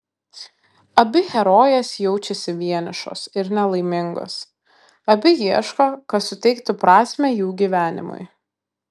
abi herojės jaučiasi vienišos ir nelaimingos abi ieško kas suteiktų prasmę jų gyvenimui